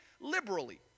liberally